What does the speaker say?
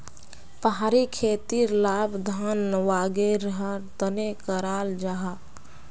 पहाड़ी खेतीर लाभ धान वागैरहर तने कराल जाहा